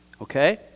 okay